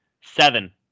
Seven